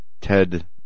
Ted